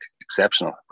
exceptional